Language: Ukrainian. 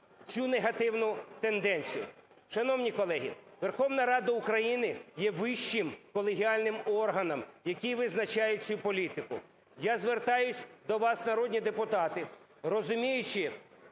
цю негативну тенденцію. Шановні колеги! Верховна Рада України є вищим колегіальним органом, який визначає цю політику. Я звертаюсь до вас, народні депутати, розуміючи